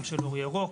גם של אור ירוק,